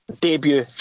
debut